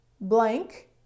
blank